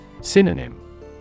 Synonym